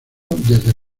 desde